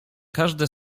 każde